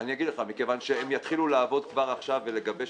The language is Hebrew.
מכיוון שהם יתחילו לעבוד כבר עכשיו ולגבש